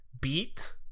beat